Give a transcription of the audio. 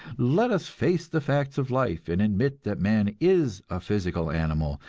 let us face the facts of life, and admit that man is a physical animal,